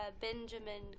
Benjamin